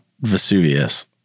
Vesuvius